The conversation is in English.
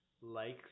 likes